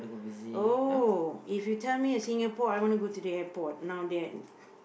oh if you tell me Singapore I want to go to the airport now that